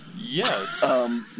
Yes